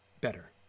better